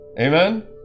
Amen